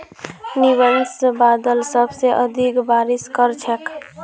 nimbus बादल सबसे अधिक बारिश कर छेक